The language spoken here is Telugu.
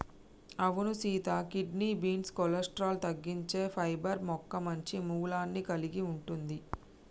అవును సీత కిడ్నీ బీన్స్ కొలెస్ట్రాల్ తగ్గించే పైబర్ మొక్క మంచి మూలాన్ని కలిగి ఉంటుంది